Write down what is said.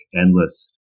endless